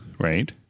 Right